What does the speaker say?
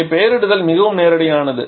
இங்கே பெயரிடுதல் மிகவும் நேரடியானது